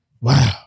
Wow